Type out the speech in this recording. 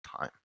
time